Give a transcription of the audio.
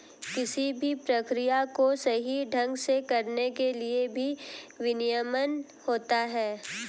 किसी भी प्रक्रिया को सही ढंग से करने के लिए भी विनियमन होता है